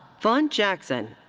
vaughn jackson.